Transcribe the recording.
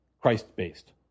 Christ-based